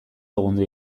segundo